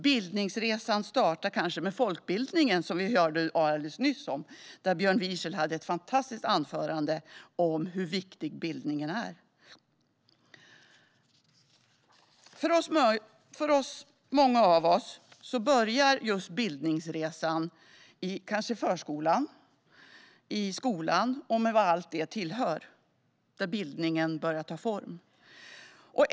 Bildningsresan startar kanske med folkbildningen, som vi hörde om alldeles nyss när Björn Wiechel höll ett fantastiskt anförande om hur viktig bildningen är. För många av oss börjar bildningsresan i förskolan eller i skolan, med allt som hör dit, där bildningen börjar att ta form.